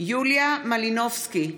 יוליה מלינובסקי,